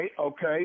okay